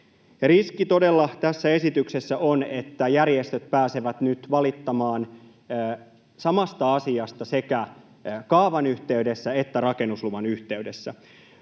Riski todella tässä esityksessä on, että järjestöt pääsevät nyt valittamaan samasta asiasta sekä kaavan että rakennusluvan yhteydessä.